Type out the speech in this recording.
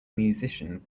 musician